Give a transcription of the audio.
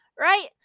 right